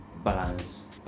balance